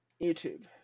YouTube